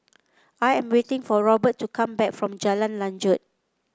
I am waiting for Robert to come back from Jalan Lanjut